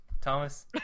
Thomas